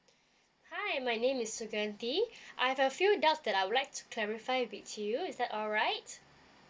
hi my name is sukundi I've a few doubts that I would like to clarify with you is that alright